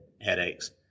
headaches